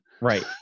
right